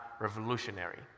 Revolutionary